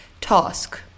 task